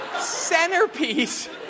centerpiece